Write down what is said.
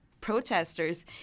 protesters